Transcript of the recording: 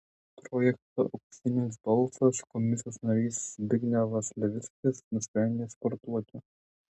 projekto auksinis balsas komisijos narys zbignevas levickis nusprendė sportuoti